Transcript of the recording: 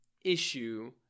issue